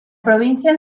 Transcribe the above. provincia